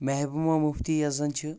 محبوبا مفتی یۄس زَن چھِ